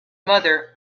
mother